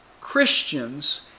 Christians